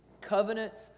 covenants